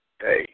hey